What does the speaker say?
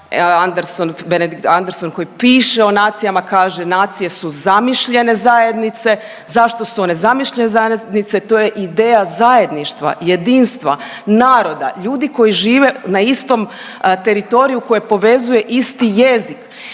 Anderson koji piše o nacijama kaže nacije su zamišljene zajednice. Zašto su one zamišljene zajednice? To je ideja zajedništva, jedinstva naroda, ljudi koji žive na istom teritoriju koje povezuje isti jezik